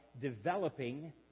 developing